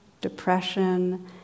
depression